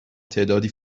تعدادی